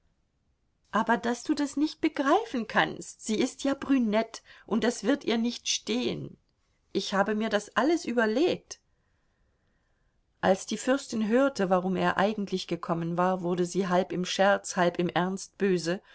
aber daß du das nicht begreifen kannst sie ist ja brünett und das wird ihr nicht stehen ich habe mir das alles überlegt als die fürstin hörte warum er eigentlich gekommen war wurde sie halb im scherz halb im ernst böse